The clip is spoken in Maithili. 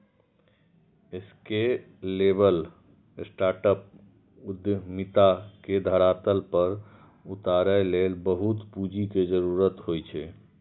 स्केलेबल स्टार्टअप उद्यमिता के धरातल पर उतारै लेल बहुत पूंजी के जरूरत होइ छै